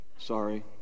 Sorry